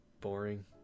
boring